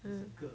mm